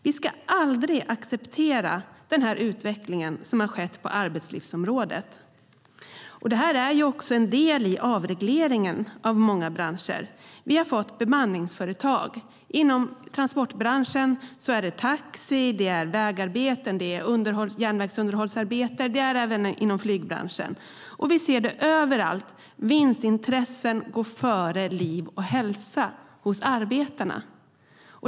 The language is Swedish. Vi ska aldrig acceptera den utveckling som har skett på arbetslivsområdet. Det här är en del i avregleringen av många branscher. Vi har fått bemanningsföretag. Inom transportbranschen gäller det taxi, vägarbeten och järnvägsunderhållsarbete. Det finns även inom flygbranschen. Vi ser det överallt. Vinstintressen går före liv och hälsa hos arbetarna.